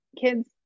kids